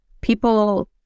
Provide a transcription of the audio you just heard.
people